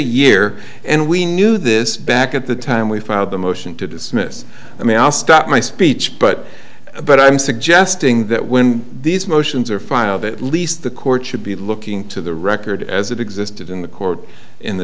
year and we knew this back at the time we filed the motion to dismiss i mean i'll stop my speech but but i'm suggesting that when these motions are filed at least the court should be looking to the record as it existed in the court in the